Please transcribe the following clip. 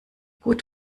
gut